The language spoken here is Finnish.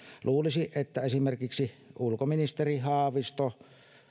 luulisi että esimerkiksi ulkoministeri haavisto